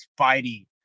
Spidey